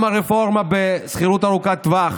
גם הרפורמה בשכירות ארוכת טווח